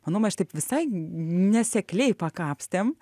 manau mes čia taip visai nesekliai pakapstėm